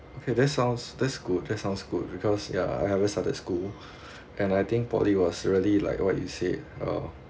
okay that sounds that's good that sounds good because ya I haven't started school and I think poly was really like what you said uh